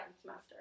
semester